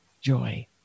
joy